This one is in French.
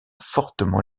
fortement